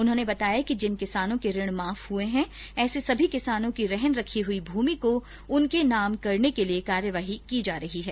उन्होंने बताया कि ँजिन किसानों के ऋण माफ हुये हैं ऐसे सभी किसानों की रहन रखी हुई भूमि को उनके नाम करने के लिये कार्यवाही की जा रही है